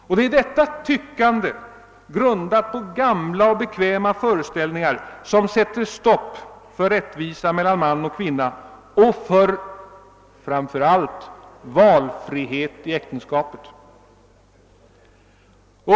Och det är detta tyckande, grundat på gamla och bekväma föreställningar, som sätter stopp för rättvisa mellan man och kvinna och framför allt för valfrihet i äktenskapet.